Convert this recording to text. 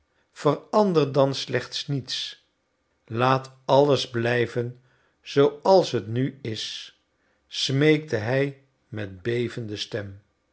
verander dan slechts niets laat alles blijven zooals het nu is smeekte hij met bevende stem